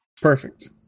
perfect